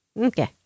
Okay